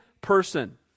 person